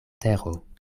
tero